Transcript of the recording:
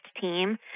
team